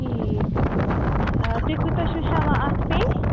ٹھیٖک آ تُہۍ کوٗتاہ چھُ ہیٚوان اَتھ پیٚے